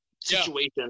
situation